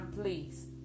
please